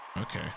Okay